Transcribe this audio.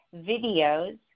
videos